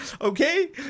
Okay